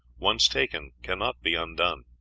once taken, cannot be undone.